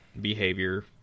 behavior